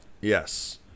Yes